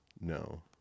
no